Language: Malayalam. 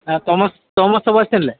uh Thomas Thomas സെബാസ്റ്റ്യനല്ലെ